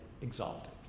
exalted